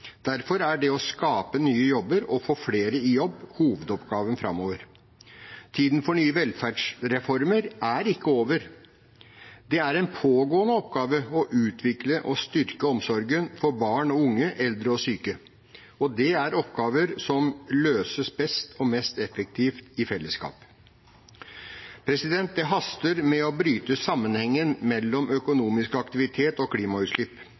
Derfor er det å skape nye jobber og få flere i jobb hovedoppgaven framover. Tiden for nye velferdsreformer er ikke over. Det er en pågående oppgave å utvikle og styrke omsorgen for barn og unge, eldre og syke. Det er oppgaver som løses best og mest effektivt i fellesskap. Det haster med å bryte sammenhengen mellom økonomisk aktivitet og klimautslipp.